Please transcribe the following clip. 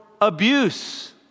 abuse